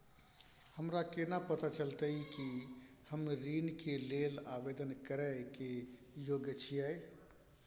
हमरा केना पता चलतई कि हम ऋण के लेल आवेदन करय के योग्य छियै?